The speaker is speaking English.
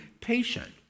patient